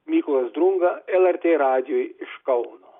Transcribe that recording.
mykolas drunga lrt radijui iš kauno